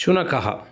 शुनकः